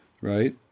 right